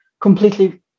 completely